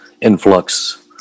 influx